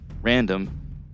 random